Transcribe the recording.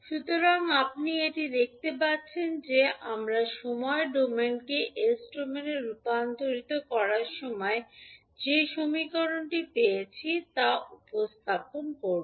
সুতরাং আপনি এটি দেখতে পাচ্ছেন যে আমরা সময় ডোমেনকে S ডোমেনে রুপান্তরিত করার সময় যে সমীকরণটি পেয়েছি তা উপস্থাপন করব